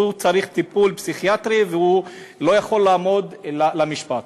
הוא צריך טיפול פסיכיאטרי והוא לא יכול לעמוד למשפט.